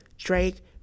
Drake